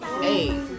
Hey